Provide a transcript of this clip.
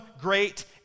great